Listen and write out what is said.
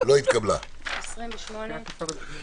הצבעה ההסתייגות לא אושרה.